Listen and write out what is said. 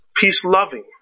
peace-loving